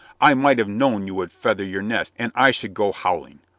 i might have known you would feather your nest and i should go howling.